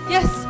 Yes